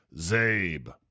Zabe